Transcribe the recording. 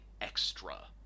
extra